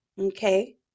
okay